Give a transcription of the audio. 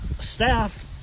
staff